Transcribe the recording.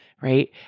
right